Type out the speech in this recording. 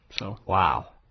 Wow